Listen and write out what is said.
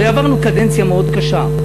הרי עברנו קדנציה מאוד קשה,